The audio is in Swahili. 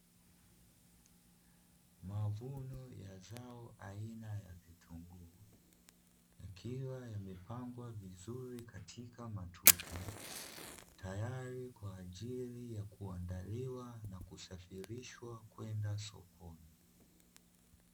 Mavuno ya zao aina ya vitunguu, yakiwa yamepangwa vizuri katika matuta, tayari kwa ajili ya kuandaliwa na kusafirishwa kwenda sokoni.